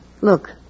Look